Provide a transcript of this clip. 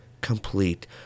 complete